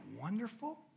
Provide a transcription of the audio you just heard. wonderful